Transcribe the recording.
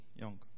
young